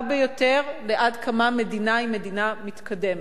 ביותר לעד כמה מדינה היא מדינה מתקדמת.